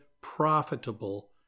profitable